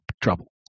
trouble